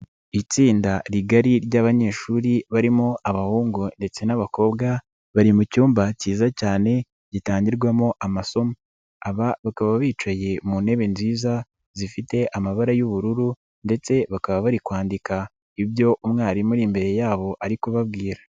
Itsinda rigari ry'abanyeshuri barimo abahungu ndetse n'abakobwa bari mu cyumba cyiza cyane gitangirwamo amasomo, aba bakaba bicaye mu ntebe nziza zifite amabara y'ubururu ndetse bakaba bari kwandika ibyo umwarimu uri imbere yabo ari kubabwira.